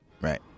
Right